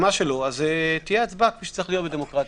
על מה שלא תהיה הצבעה כפי שצריך להיות בדמוקרטיה.